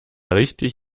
richtig